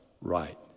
right